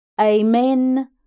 Amen